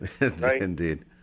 Indeed